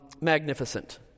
magnificent